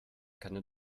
keine